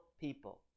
people